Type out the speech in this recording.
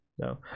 no